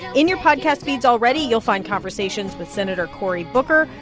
in your podcast feeds already, you'll find conversations with senator cory booker,